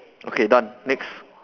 okay done next